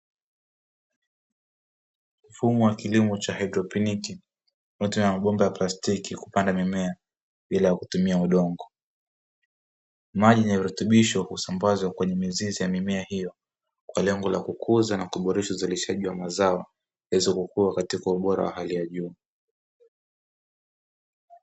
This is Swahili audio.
Mfumo wa kilimo cha haidroponiki, kupita kwenye mabomba ya plastiki kupanda mimea bila kutumia udongo. Maji yenye virutubisho kusambazwa kwenye mizizi ya mimea hiyo, kwa lengo la kukuza na kuboresha uzalishaji wa mazao kukua katika ubora wa hali ya juu.